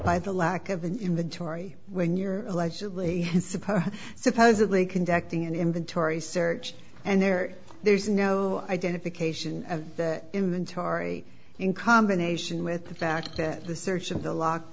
by the lack of an inventory when you're allegedly supposed supposedly conducting an inventory search and there there's no identification of the inventory in combination with the fact that the search of the lock